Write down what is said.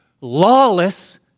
Lawless